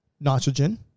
nitrogen